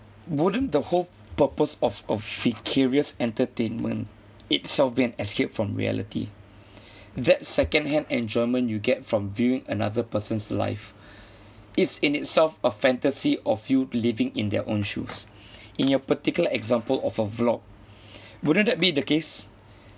wouldn't the whole purpose of a vicarious entertainment itself be an escape from reality that second hand enjoyment you get from viewing another person's life is in itself a fantasy of you living in their own shoes in your particular example of a vlog wouldn't that be the case